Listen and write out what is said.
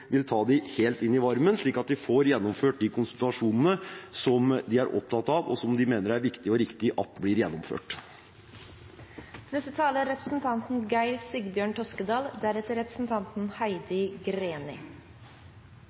vil ta dem helt inn i varmen, slik at de får gjennomført de konsultasjonene de er opptatt av, og som de mener det er viktig og riktig at blir